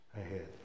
ahead